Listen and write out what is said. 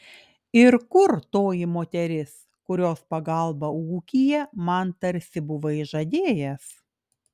ir kur toji moteris kurios pagalbą ūkyje man tarsi buvai žadėjęs